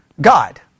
God